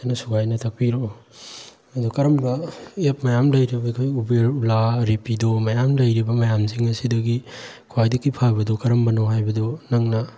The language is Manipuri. ꯐꯖꯅ ꯁꯨꯒꯥꯏꯅ ꯇꯥꯛꯄꯤꯔꯛꯑꯣ ꯑꯗꯨ ꯀꯔꯝꯕ ꯑꯦꯞ ꯃꯌꯥꯝ ꯂꯩꯔꯤꯕ ꯑꯩꯈꯣꯏ ꯎꯕꯦꯔ ꯎꯂꯥ ꯔꯦꯄꯤꯗꯣ ꯃꯌꯥꯝ ꯂꯩꯔꯤꯕ ꯃꯌꯥꯝꯁꯤꯡ ꯑꯁꯤꯗꯒꯤ ꯈ꯭ꯋꯥꯏꯗꯒꯤ ꯐꯕꯗꯣ ꯀꯔꯝꯕꯅꯣ ꯍꯥꯏꯕꯗꯨ ꯅꯪꯅ